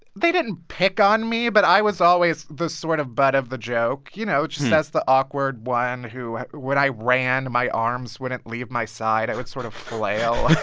they didn't pick on me, but i was always the sort of butt of the joke, you know? just as the awkward one who when i ran, my arms wouldn't leave my side. i would sort of flail.